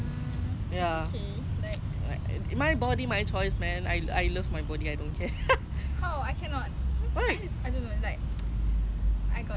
ya like my body my choice man I love my body I don't care